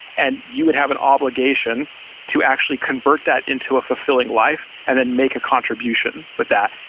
and you would have an obligation to actually convert that into a fulfilling life and then make a contribution with that.